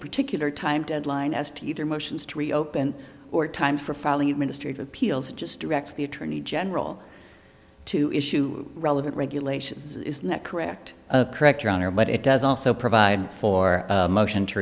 particular time deadline as to either motions to reopen or time for filing administrators peals just directs the attorney general to issue relevant regulations isn't that correct correct your honor but it does also provide for motion to